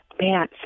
Man